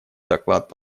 доклад